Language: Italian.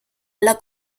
alla